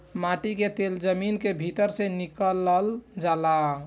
माटी के तेल जमीन के भीतर से निकलल जाला